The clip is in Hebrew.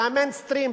זה ה"מיינסטרים".